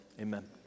amen